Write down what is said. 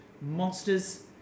monsters